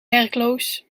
werkloos